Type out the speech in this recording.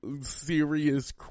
serious